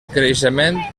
creixement